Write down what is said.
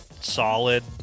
solid